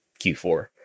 Q4